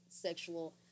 sexual